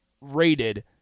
rated